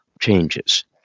changes